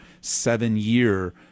seven-year